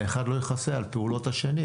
ואחד לא יכסה על פעולות השני,